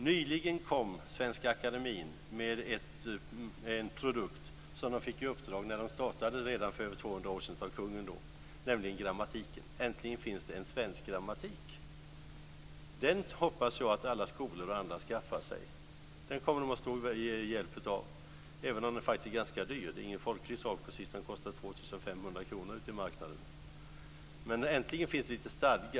Nyligen kom Svenska Akademien med en produkt som de fick i uppdrag av kungen att göra när de startade redan för över 200 år sedan, nämligen grammatiken. Äntligen finns det en svensk grammatik! Den hoppas jag att alla skolor och andra skaffar sig. Den kommer de att ha stor hjälp av, även om den är ganska dyr. Det är ingen folklig sak precis - den kostar 2 500 kr ute på marknaden. Men äntligen finns det lite stadga.